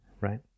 Right